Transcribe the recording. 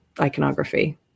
iconography